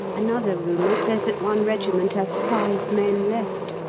another rumour says that one regiment has five men left,